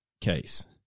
case